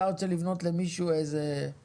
אתה רוצה לבנות למישהו פתרון,